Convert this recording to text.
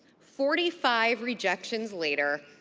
forty five rejections later,